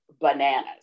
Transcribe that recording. bananas